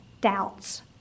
doubts